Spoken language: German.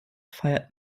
feiert